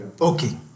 Okay